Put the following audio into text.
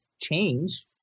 change